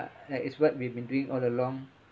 that is what we've been doing all along